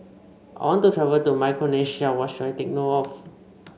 I want to travel to Micronesia what should I take note of